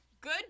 good